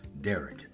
Derek